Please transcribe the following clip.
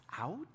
out